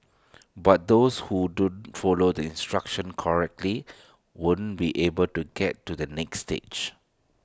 but those who don't follow the instructions correctly won't be able to get to the next stage